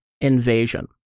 invasion